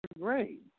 grade